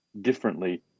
differently